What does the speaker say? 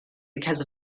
because